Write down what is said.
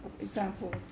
examples